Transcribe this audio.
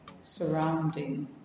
surrounding